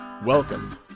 Welcome